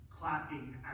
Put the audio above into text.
clapping